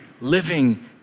living